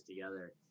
together